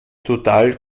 total